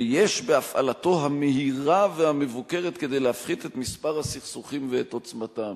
ויש בהפעלתו המהירה והמבוקרת כדי להפחית את מספר הסכסוכים ואת עוצמתם,